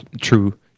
true